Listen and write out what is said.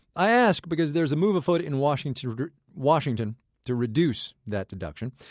i ask because there's a move afoot in washington washington to reduce that deduction.